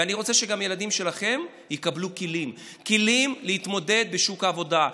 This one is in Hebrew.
ואני רוצה שגם הילדים שלכם יקבלו כלים להתמודד בשוק העבודה,